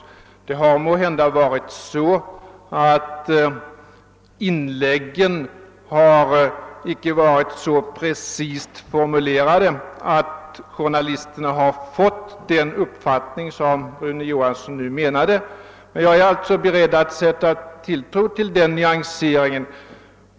Inläggen har måhända icke varit så precist formulerade att journalisterna har fått den uppfattning som Rune Johansson nu menade att de borde ha fått. Men jag är alltså beredd att sätta tilltro till nyanseringarna.